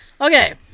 Okay